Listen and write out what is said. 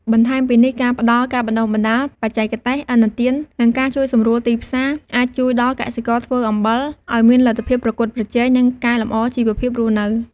បន្ថែមពីនេះ ការផ្តល់ការបណ្តុះបណ្តាល បច្ចេកទេស ឥណទាន និងការជួយសម្រួលទីផ្សារ អាចជួយដល់កសិករធ្វើអំបិលឱ្យមានលទ្ធភាពប្រកួតប្រជែង និងកែលម្អជីវភាពរស់នៅ។